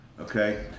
Okay